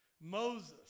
Moses